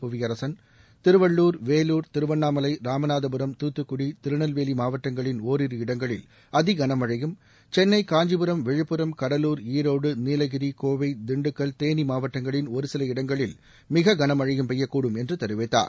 புவியரசன் திருவள்ளூர் வேலூர் திருவண்ணாமலை ராமநாதபுரம் தூத்துக்குடி திருநெல்வேலி மாவட்டங்களின் ஓரிரு இடங்களில் அதி கனமழையும் சென்னை காஞ்சிபுரம் விழுப்புரம் கடலூர் ஈரோடு நீலகிரி கோவை திண்டுக்கல் தேனி மாவட்டங்களின் ஒரு சில இடங்களில் மிக கனமழையும் பெய்யக்கூடும் என்று தெரிவித்தார்